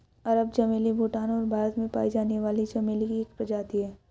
अरब चमेली भूटान और भारत में पाई जाने वाली चमेली की एक प्रजाति है